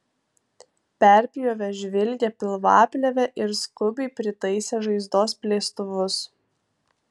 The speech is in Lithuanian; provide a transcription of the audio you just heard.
perpjovė žvilgią pilvaplėvę ir skubiai pritaisė žaizdos plėstuvus